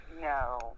No